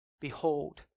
Behold